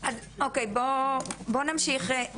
בואו נמשיך, משטרה.